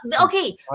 Okay